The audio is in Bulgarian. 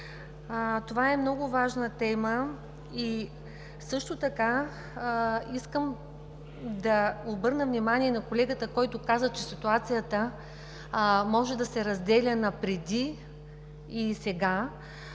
Това е много важна тема и също така искам да обърна внимание на колегата, който каза, че ситуацията може да се разделя на преди и сега.